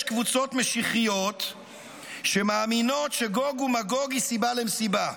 יש קבוצות משיחיות שמאמינות שגוג ומגוג היא סיבה למסיבה,